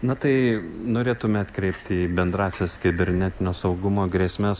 na tai norėtume atkreipt į bendrąsias kibernetinio saugumo grėsmes